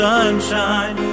sunshine